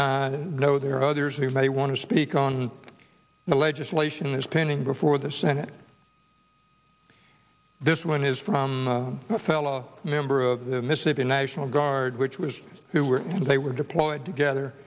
know there are others who may want to speak on the legislation that's pending before the senate this one is from a fellow member of the mississippi national guard which was who were they were deployed together